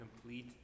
complete